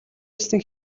өссөн